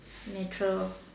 natural